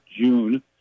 June